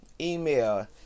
email